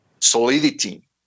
solidity